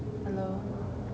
hello